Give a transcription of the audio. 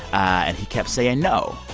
and he kept saying no.